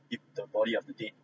of the body of the dead